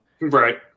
Right